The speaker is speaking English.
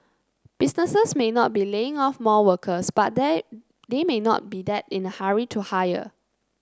businesses may not be laying off more workers but they may not be that in a hurry to hire